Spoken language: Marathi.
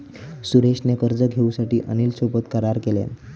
सुरेश ने कर्ज घेऊसाठी अनिल सोबत करार केलान